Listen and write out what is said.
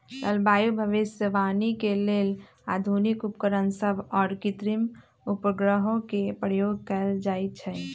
जलवायु भविष्यवाणी के लेल आधुनिक उपकरण सभ आऽ कृत्रिम उपग्रहों के प्रयोग कएल जाइ छइ